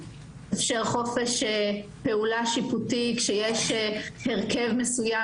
האם הוא מאפשר חופש פעולה שיפוטי כשיש הרכב מסוים